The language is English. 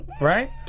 right